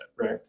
right